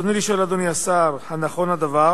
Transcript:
ברצוני לשאול, אדוני השר: 1. האם נכון הדבר?